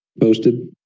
posted